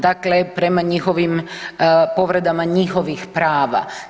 Dakle, prema njihovim, povredama njihovih prava.